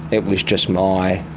it was just my